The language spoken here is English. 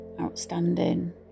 outstanding